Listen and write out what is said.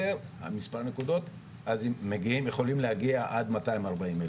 אז יכולים להגיע למאתיים ארבעים נקודות.